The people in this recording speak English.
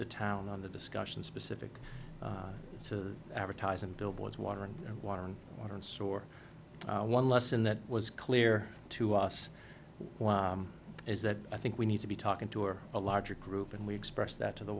the town on the discussion specific to advertise and billboards water and water and water and store one lesson that was clear to us is that i think we need to be talking to or a larger group and we express that to the